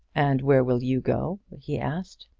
and where will you go? he asked.